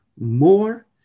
more